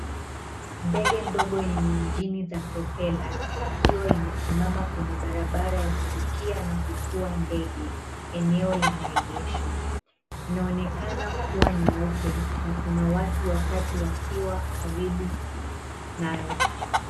Ndege dogo yenye injini za propela, ikiwa imesimama kwenye barabara ya kurukia na kutua ndege, eneo la maegesho. Inaonekana kuwa nyeupe na kuna watu watatu wakiwa karibu nayo.